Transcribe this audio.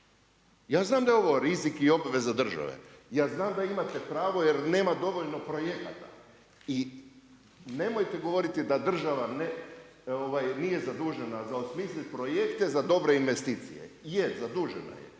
Ja znam da je ovo rizik i obveza države. Ja znam da imate pravo jer nema dovoljno projekata i nemojte govoriti da država nije zadužena za osmisliti projekte, za dobre investicije. Je zadužena je.